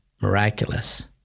miraculous